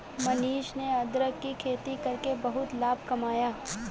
मनीष ने अदरक की खेती करके बहुत लाभ कमाया